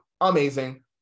amazing